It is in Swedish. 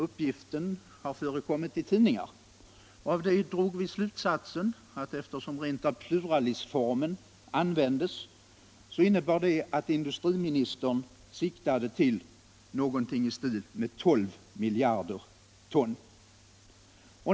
Uppgiften har förekommit i tidningar. Av det drog vi slutsatsen att eftersom rent av pluralisformen användes innebar det att industriministern siktade till någonting i stil med 12 miljoner ton.